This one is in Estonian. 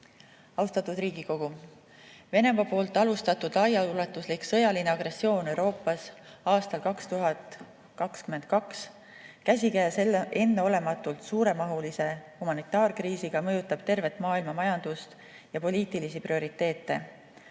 Austatud Riigikogu! Venemaa alustatud laiaulatuslik sõjaline agressioon Euroopas aastal 2022 käsikäes enneolematult suuremahulise humanitaarkriisiga, mis mõjutab tervet maailmamajandust ja poliitilisi prioriteete,